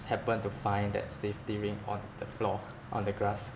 happen to find that safety ring on the floor on the grass